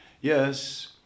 yes